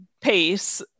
pace